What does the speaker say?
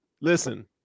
Listen